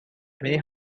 many